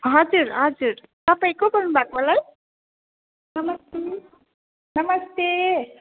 हजुर हजुर तपाईँ को बोल्नु भएको होला है नमस्ते नमस्ते